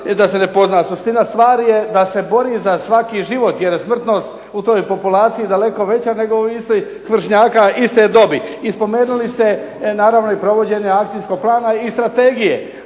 da se ne pozna suština stvari je da se bori za svaki život jer je smrtnost u toj populaciji daleko veća nego u istih vršnjaka iste dobi. I spomenuli ste naravno i provođenje Akcijskog plana i Strategije.